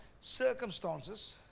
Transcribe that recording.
circumstances